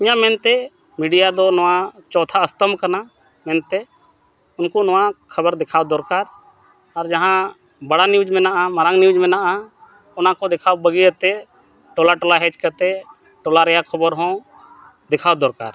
ᱤᱧᱟᱹᱜ ᱢᱮᱱᱛᱮ ᱢᱤᱰᱤᱭᱟ ᱫᱚ ᱱᱚᱣᱟ ᱪᱚᱣᱛᱷᱟ ᱟᱥᱛᱚᱢ ᱠᱟᱱᱟ ᱢᱮᱱᱛᱮ ᱩᱱᱠᱩ ᱱᱚᱣᱟ ᱠᱷᱟᱵᱟᱨ ᱫᱮᱠᱷᱟᱣ ᱫᱚᱨᱠᱟᱨ ᱟᱨ ᱡᱟᱦᱟᱸ ᱵᱟᱲᱟ ᱱᱤᱭᱩᱡᱽ ᱢᱮᱱᱟᱜᱼᱟ ᱢᱟᱨᱟᱝ ᱱᱤᱭᱩᱡᱽ ᱢᱮᱱᱟᱜᱼᱟ ᱚᱱᱟ ᱠᱚ ᱫᱮᱠᱷᱟᱣ ᱵᱟᱹᱜᱤᱭᱟᱛᱮ ᱴᱚᱞᱟ ᱴᱚᱞᱟ ᱦᱮᱡ ᱠᱟᱛᱮ ᱴᱚᱞᱟ ᱨᱮᱭᱟᱜ ᱠᱷᱚᱵᱚᱨ ᱦᱚᱸ ᱫᱮᱠᱷᱟᱣ ᱫᱚᱨᱠᱟᱨ